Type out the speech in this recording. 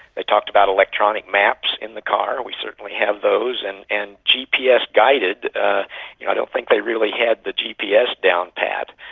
they talked about electronic maps in the car, we certainly have those, and and gps guided, i don't think they really had the gps down pat.